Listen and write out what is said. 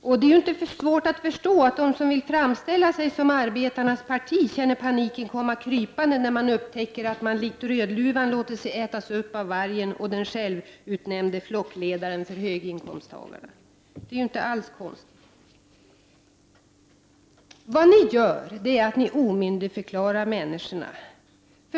Men det är inte svårt att förstå att man inom ett parti som vill framstå som arbetarnas parti upplever att paniken så att säga kryper allt närmare när man upptäcker att man likt Rödluvan låter sig ätas upp av vargen och den självutnämnde flockledaren för höginkomsttagarna. Det är således inte alls så konstigt att man upplever panik. Vad ni gör är faktiskt att ni omyndigförklarar människorna.